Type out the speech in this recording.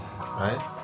Right